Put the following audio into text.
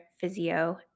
physio